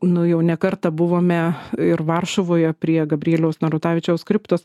nu jau ne kartą buvome ir varšuvoje prie gabrieliaus narutavičiaus kriptos